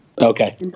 okay